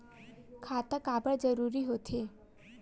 खाता काबर जरूरी हो थे?